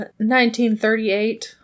1938